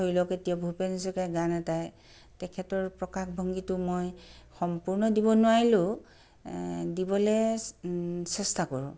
ধৰি লওক এতিয়া ভূপেন হাজৰিকাৰ গান এটাই তেখেতৰ প্ৰকাশভংগিটো মই সম্পূৰ্ণ দিব নোৱাৰিলেও দিবলৈ চেষ্টা কৰোঁ